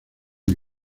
muy